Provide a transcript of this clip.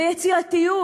ביצירתיות,